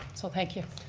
so thank you.